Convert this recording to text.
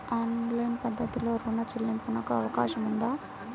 Online పద్ధతిలో రుణ చెల్లింపునకు అవకాశం ఉందా?